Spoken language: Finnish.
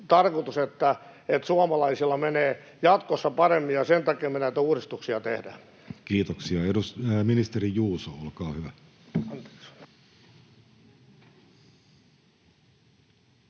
että suomalaisilla menee jatkossa paremmin, ja sen takia me näitä uudistuksia tehdään. [Speech 48] Speaker: Jussi Halla-aho Party: